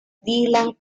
dylan